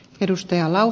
edustajalla u